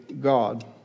God